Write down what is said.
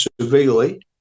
severely